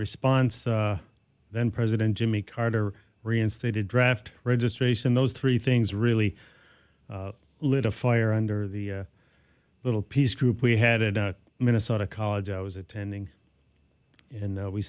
response then president jimmy carter reinstated draft registration those three things really lit a fire under the little peace group we had it out minnesota college i was attending and